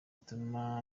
ituma